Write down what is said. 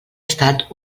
estat